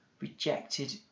rejected